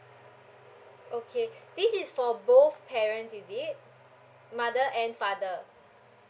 okay this is for both parents is it mother and father